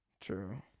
True